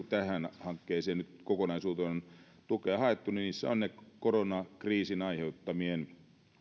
tähän hankkeeseen nyt kokonaisuutena on tukea haettu niin se koronakriisin aiheuttamien